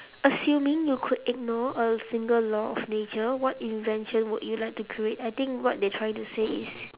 assuming you could ignore a single law of nature what invention would you like to create I think what they trying to say is